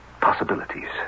possibilities